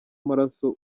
amaraso